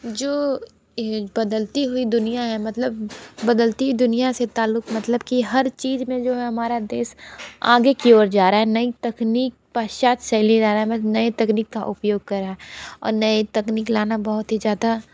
जो बदलती हुई दुनिया है मतलब बदलती दुनिया से ताल्लुक मतलब की हर चीज में जो है हमारा देश आगे की ओर जा रहा है नई तकनीक पश्चात शैली धारा में नए तकनीक का उपयोग कर रहा और नए तकनीक लाना बहुत ही ज़्यादा